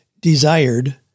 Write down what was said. desired